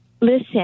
listen